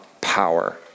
power